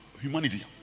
humanity